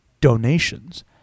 donations